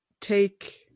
take